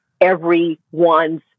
everyone's